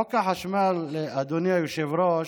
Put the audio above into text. חוק החשמל, אדוני היושב-ראש,